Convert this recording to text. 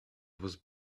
was